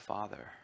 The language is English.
Father